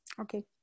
Okay